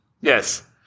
Yes